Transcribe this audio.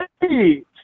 Hey